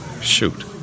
Shoot